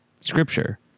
scripture